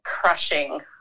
crushing